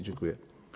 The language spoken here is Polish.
Dziękuję.